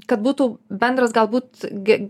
kad būtų bendras galbūt gi